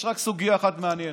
יש רק סוגיה אחת מעניינת,